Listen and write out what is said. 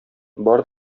бар